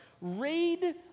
Read